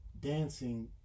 dancing